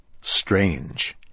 strange